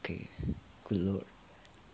okay good